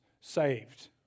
saved